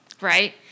Right